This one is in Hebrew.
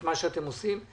את מה שאתם עושים,